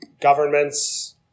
Governments